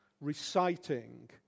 reciting